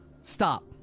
stop